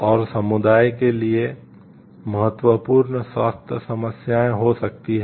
और समुदाय के लिए महत्वपूर्ण स्वास्थ्य समस्याएं हो सकती हैं